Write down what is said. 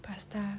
pasta